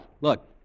Look